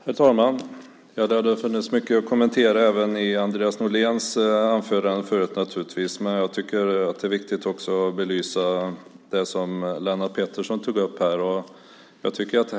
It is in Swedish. Herr talman! Det hade naturligtvis funnits mycket att kommentera även i Andreas Norléns anförande tidigare, men jag tycker att det är viktigt att belysa det som Lennart Pettersson tog upp.